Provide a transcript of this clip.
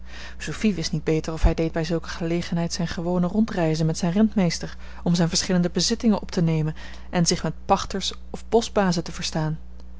sophie wist niet beter of hij deed bij zulke gelegenheid zijne gewone rondreize met zijn rentmeester om zijne verschillende bezittingen op te nemen en zich met pachters of boschbazen te verstaan